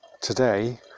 today